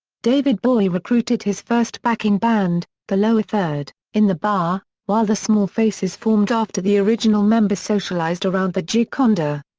david bowie recruited his first backing band, the lower third, in the bar, while the small faces formed after the original members socialised around the gioconda.